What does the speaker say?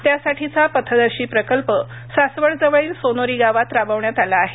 त्यासाठीचा पथदर्शी प्रकल्प सासवड जवळील सोनोरी गावांत राबविण्यात आला आहे